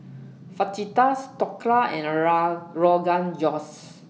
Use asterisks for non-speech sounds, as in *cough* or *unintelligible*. Fajitas Dhokla and *unintelligible* Rogan Josh